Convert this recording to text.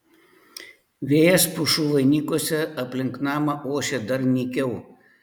vėjas pušų vainikuose aplink namą ošė dar nykiau